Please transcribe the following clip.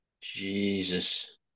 Jesus